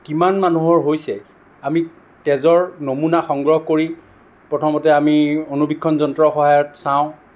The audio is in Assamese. কিমান মানুহৰ হৈছে আমি তেজৰ নমুনা সংগ্ৰহ কৰি প্ৰথমতে আমি অণুবীক্ষণ যন্ত্ৰৰ সহায়ত চাওঁ